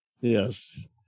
Yes